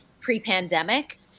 pre-pandemic